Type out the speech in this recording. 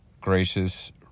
Gracious